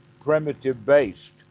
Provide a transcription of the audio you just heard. primitive-based